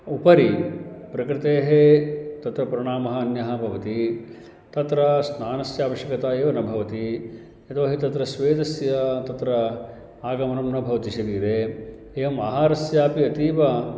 उपरि प्रकृतेः तत्र परिणामः अन्यः भवति तत्र स्नानस्य अवश्यकता एव न भवति यतोहि तत्र स्वेदस्य तत्र आगमनं न भवति शरीरे एवम् आहारस्यापि अतीव